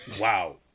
Wow